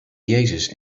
jezus